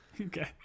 Okay